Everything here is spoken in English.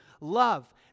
Love